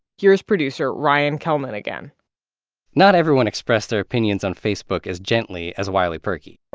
here's producer ryan kellman again not everyone expressed their opinions on facebook as gently as wiley purkey.